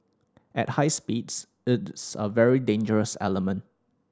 at high speeds it is a very dangerous element